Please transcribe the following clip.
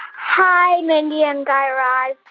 hi. mindy and guy raz.